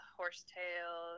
horsetail